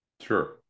Sure